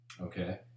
Okay